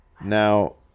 Now